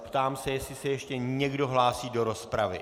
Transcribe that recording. Ptám se, jestli se ještě někdo hlásí do rozpravy.